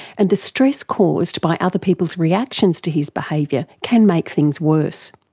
and the stress caused by other people's reactions to his behaviour can make things worse.